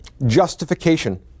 justification